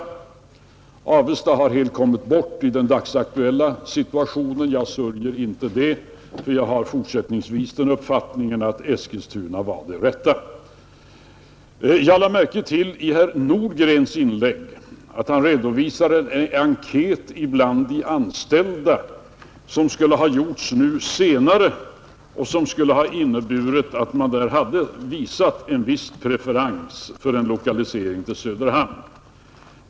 Avesta har helt kommit bort i den dagsaktuella situationen, men jag sörjer inte det därför att jag fortsättningsvis har den uppfattningen att Eskilstuna är den rätta platsen. Jag lade märke till att herr Nordgren i sitt inlägg redovisade en enkät bland de anställda som skulle ha gjorts senare och som inneburit att man hade visat en viss preferens för en lokalisering till Söderhamn.